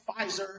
Pfizer